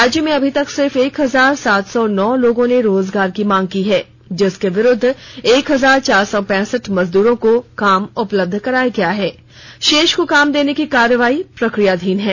राज्य में अभी तक सिर्फ एक हजार सात सौ नौ लोगों ने रोजगार की मांग की है जिसके विरूद्व एक हजार चार सौ पैंसठ मजदूरो को काम उपलब्ध कराया गया है शेष को काम देने की कार्रवाई प्रक्रियाधीन है